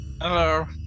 hello